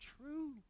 true